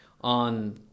on